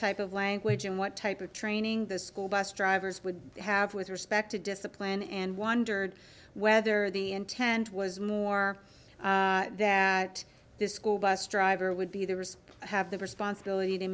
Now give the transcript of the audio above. type of language and what type of training the school bus drivers would have with respect to discipline and wondered whether the intent was more that this school bus driver would be the risk have the responsibility to